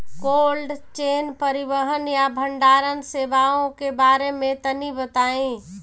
Cold chain परिवहन या भंडारण सेवाओं के बारे में तनी बताई?